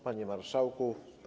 Panie Marszałku!